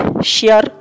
share